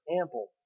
ample